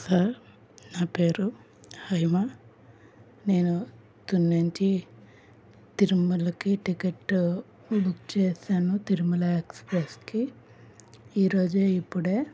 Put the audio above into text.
sir నా పేరు హైమ నేను తుని నుంచి తిరుమలకి టికెట్ బుక్ చేశాను తిరుమల ఎక్స్ప్రెస్కి ఈరోజే ఇప్పుడే